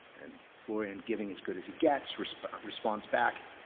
and florian giving as good as he gets respond respond back,